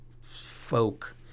folk